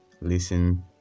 listen